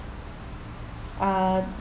uh